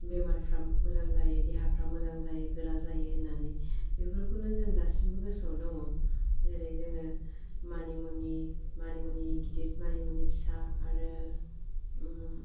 बेमारफ्रा मोजां जायो देहाफ्रा मोजां जायो गोरा जायो होननानै बेफोरखौनो जों दासिमबो गोसोआव दङ जेरै जोङो मानि मुनि गिदिर मानि मुनि मानि मुनि फिसा आरो ओ